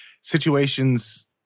situations